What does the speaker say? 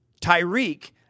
Tyreek –